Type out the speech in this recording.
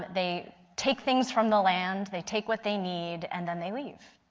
they take things from the land, they take what they need and then they leave.